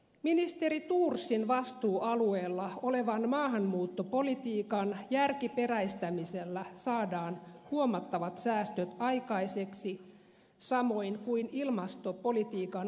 ministeri thorsin vastuualueella olevan maahanmuuttopolitiikan järkiperäistämisellä saadaan huomattavat säästöt aikaiseksi samoin kuin ilmastopolitiikan uudelleenarvioinnilla